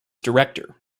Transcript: director